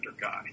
guy